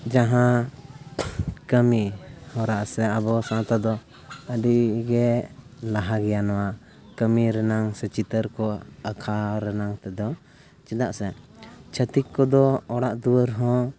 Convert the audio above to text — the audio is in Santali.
ᱡᱟᱦᱟᱸ ᱠᱟᱹᱢᱤᱦᱚᱨᱟ ᱥᱮ ᱟᱵᱚ ᱥᱟᱶᱛᱟᱫᱚ ᱟᱹᱰᱤᱜᱮ ᱞᱟᱦᱟ ᱜᱮᱭᱟ ᱱᱚᱣᱟ ᱠᱟᱹᱢᱤ ᱨᱮᱱᱟᱜ ᱥᱮ ᱪᱤᱛᱟᱹᱨᱠᱚ ᱟᱠᱷᱟᱣ ᱨᱮᱱᱟᱜ ᱛᱮᱫᱚ ᱪᱮᱫᱟᱜ ᱥᱮ ᱪᱷᱟᱹᱛᱤᱠ ᱠᱚᱫᱚ ᱚᱲᱟᱜ ᱫᱩᱣᱟᱹᱨᱦᱚᱸ